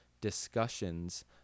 discussions